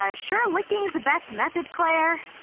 ah sure licking's the best method, clair?